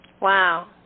Wow